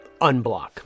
Unblock